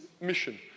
mission